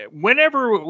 whenever